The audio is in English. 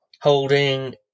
holding